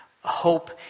hope